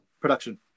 production